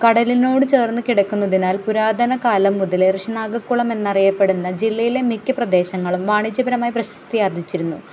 കടലിനോട് ചേർന്ന് കിടക്കുന്നതിനാൽ പുരാതനക്കാലം മുതലേ ഋഷിനാഗക്കുളം എന്നറിയപ്പെടുന്ന ജില്ലയിലെ മിക്ക പ്രദേശങ്ങളും വാണിജ്യപരമായി പ്രശസ്തി ആർജിച്ചിരുന്നു